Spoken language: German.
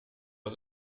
aus